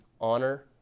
honor